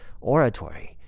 oratory